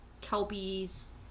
Kelpies